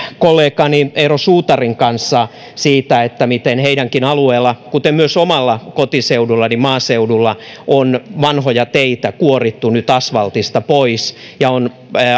kollegani eero suutarin kanssa siitä miten heidänkin alueellaan kuten myös omalla kotiseudullani maaseudulla on vanhoja teitä kuorittu nyt asvaltista pois ja on